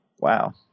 Wow